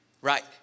right